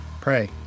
pray